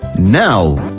now,